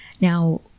Now